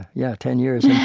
yeah, ten years.